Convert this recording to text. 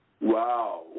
Wow